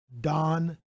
Don